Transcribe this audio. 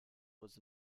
was